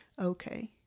okay